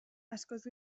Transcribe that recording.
askoz